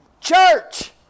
church